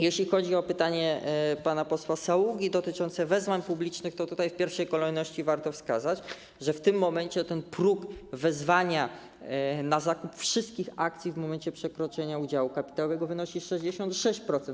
Jeśli chodzi o pytanie pana posła Saługi dotyczące wezwań publicznych, to w pierwszej kolejności warto wskazać, że obecnie próg wezwania na zakup wszystkich akcji w momencie przekroczenia udziału kapitałowego wynosi 66%.